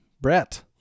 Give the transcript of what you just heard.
Brett